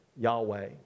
Yahweh